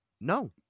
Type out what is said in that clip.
No